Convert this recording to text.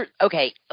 Okay